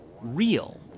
real